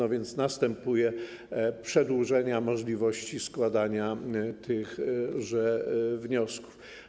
A więc następuje przedłużenie możliwości składania tychże wniosków.